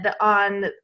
on